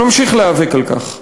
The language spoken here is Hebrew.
אנחנו נמשיך להיאבק על כך.